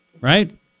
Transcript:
right